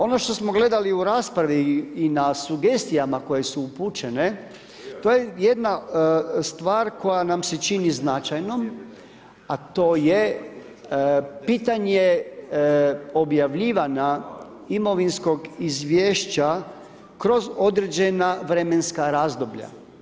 Ono što smo gledali u raspravi i na sugestijama koje su upućene, to je jedna stvar koja nam se čini značajnom a to je pitanje objavljivanja imovinskog izvješća kroz određena vremenska razdoblja.